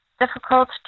difficult